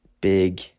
big